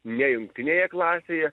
nejungtinėje klasėje